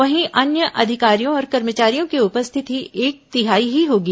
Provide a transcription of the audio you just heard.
वहीं अन्य अधिकारियों और कर्मचारियों की उपस्थिति एक तिहाई ही होगी